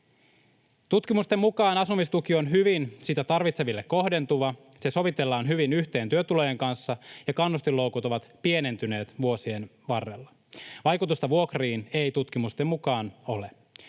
Tutkimusten mukaan asumistuki on sitä tarvitseville hyvin kohdentuva, se sovitellaan hyvin yhteen työtulojen kanssa ja kannustinloukut ovat pienentyneet vuosien varrella. Vaikutusta vuokriin ei tutkimusten mukaan ole.